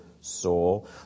soul